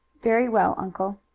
very well, uncle.